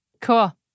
cool